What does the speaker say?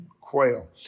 quail